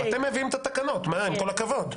אתם מביאים את התקנות, עם כל הכבוד.